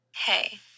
Hey